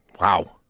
Wow